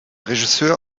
regisseur